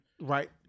right